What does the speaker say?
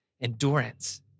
endurance